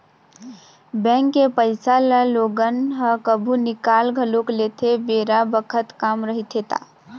bank के पइसा ल लोगन ह कभु निकाल घलोक लेथे बेरा बखत काम रहिथे ता